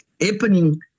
happening